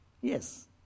Yes